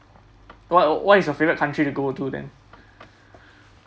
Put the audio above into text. what what is your favourite country to go to then